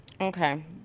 Okay